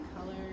color